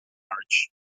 march